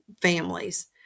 families